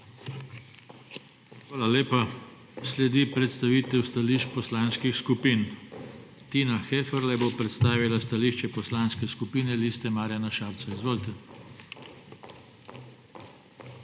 Hvala lepa. Sledi predstavitev stališč poslanskih skupin. Tina Heferle bo predstavila stališče Poslanske skupine LMŠ. Izvolite.